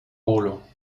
rôles